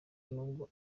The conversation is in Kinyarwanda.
nubwo